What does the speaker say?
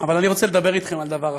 אבל אני רוצה לדבר אתכם על דבר אחר.